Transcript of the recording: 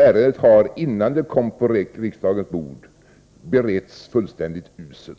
Ärendet har, innan det kom på riksdagens bord, beretts fullständigt uselt.